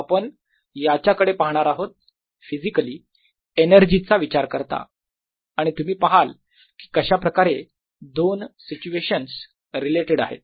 आपण याच्याकडे पाहणार आहोत फिजिकली एनर्जीचा विचार करता आणि तुम्ही पहाल की कशाप्रकारे दोन सिच्युएशन्स रिलेटेड आहेत